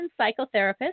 psychotherapist